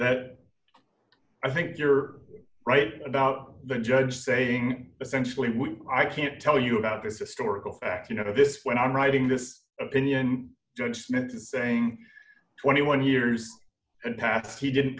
that i think you're right about the judge saying essentially i can't tell you about this historical fact you know this when i'm writing this opinion don't need to saying twenty one years and paths he didn't